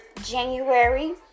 January